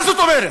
מה זאת אומרת?